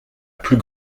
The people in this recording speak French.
plus